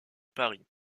paris